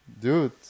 Dude